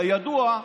כידוע,